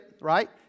right